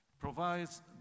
provides